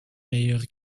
major